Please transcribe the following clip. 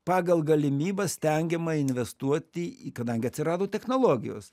pagal galimybes stengiama investuoti į kadangi atsirado technologijos